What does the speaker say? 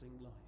life